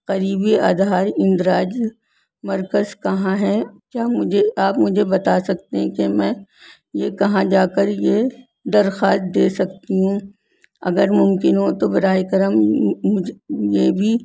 قریبی آدھار اندراج مرکز کہاں ہے کیا مجھے آپ مجھے بتا سکتے ہیں کہ میں یہ کہاں جا کر یہ درخواست دے سکتی ہوں اگر ممکن ہو تو براہ کرم مجھ یہ بھی